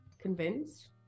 convinced